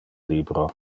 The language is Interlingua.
libro